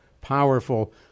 powerful